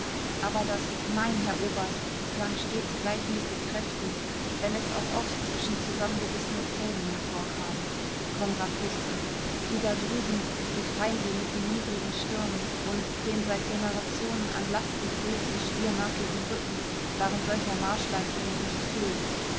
aber das nein herr oberst klang stets gleichmäßig kräftig wenn es auch oft zwischen zusammengebissenen zähnen hervorkam konrad wußte die da drüben die feinde mit den niedrigen stirnen und den seit generationen an lasten gewöhnten stiernackigen rücken waren solcher marschleistungen nicht fähig